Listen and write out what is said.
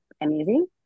amazing